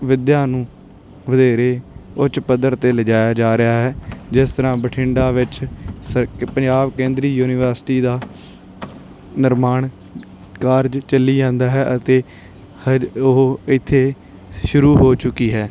ਵਿੱਦਿਆ ਨੂੰ ਵਧੇਰੇ ਉੱਚ ਪੱਧਰ 'ਤੇ ਲਿਜਾਇਆ ਜਾ ਰਿਹਾ ਹੈ ਜਿਸ ਤਰ੍ਹਾਂ ਬਠਿੰਡਾ ਵਿੱਚ ਸਰ ਪੰਜਾਬ ਕੇਂਦਰੀ ਯੂਨੀਵਰਸਿਟੀ ਦਾ ਨਿਰਮਾਣ ਕਾਰਜ ਚੱਲੀ ਜਾਂਦਾ ਹੈ ਅਤੇ ਹਜ ਉਹ ਇੱਥੇ ਸ਼ੁਰੂ ਹੋ ਚੁੱਕੀ ਹੈ